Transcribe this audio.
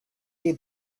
see